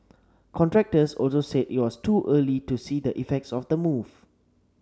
contractors also said it was too early to see the effects of the move